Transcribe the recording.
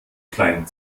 klein